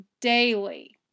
daily